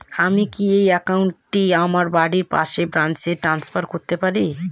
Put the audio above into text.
আমি কি এই একাউন্ট টি আমার বাড়ির পাশের ব্রাঞ্চে ট্রান্সফার করতে পারি?